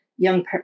young